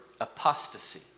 apostasy